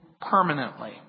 permanently